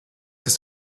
ist